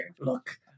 Look